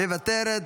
מוותרת,